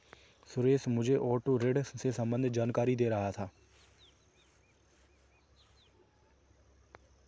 सुरेश मुझे ऑटो ऋण से संबंधित जानकारी दे रहा था